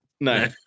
No